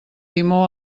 timó